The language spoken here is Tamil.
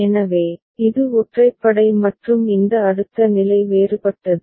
எனவே இது ஒற்றைப்படை மற்றும் இந்த அடுத்த நிலை வேறுபட்டது